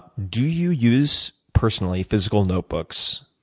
do you use, personally, physical notebooks?